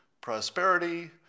Prosperity